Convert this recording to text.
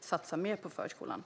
satsa mer på förskolan.